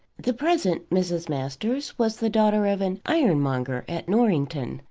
the present mrs. masters was the daughter of an ironmonger at norrington,